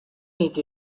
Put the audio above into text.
nit